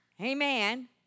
Amen